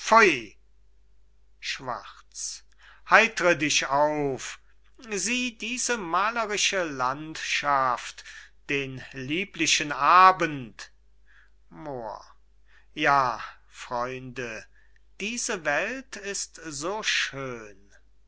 schwarz heitre dich auf sieh diese mahlerische landschaft den lieblichen abend moor ja freunde diese welt ist so schön